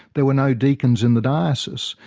there were no deacons in the diocese.